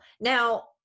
Now